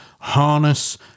Harness